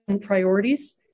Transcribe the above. priorities